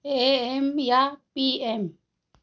ए M या P M